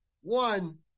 One